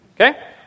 okay